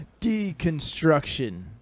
Deconstruction